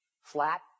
flat